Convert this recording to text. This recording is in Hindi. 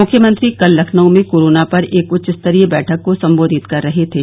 मुख्यमंत्री कल लखनऊ में कोरोना पर एक उच्चस्तरीय बैठक को संबोधित कर रहे थे